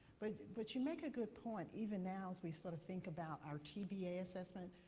but you make a good point. even now, as we start to think about our tba assessment,